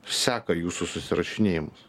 seka jūsų susirašinėjimus